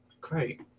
Great